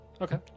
Okay